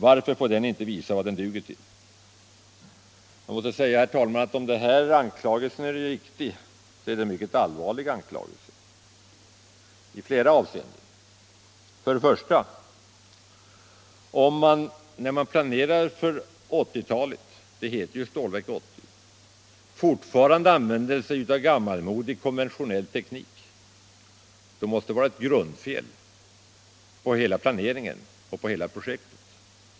Varför får den inte visa vad den duger till?” Låt mig säga, herr talman, att om denna anklagelse är riktig så är den mycket allvarlig i flera avseenden. Om man när man planerar för 1980-talet — det heter ju Stålverk 80 — fortfarande använder gammalmodig konventionell teknik, måste det vara ett grundfel på hela planeringen och på hela projektet.